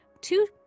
two